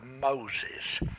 Moses